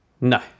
No